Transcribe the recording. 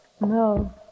No